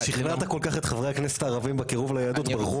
5. מי נמנע?